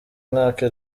mwaka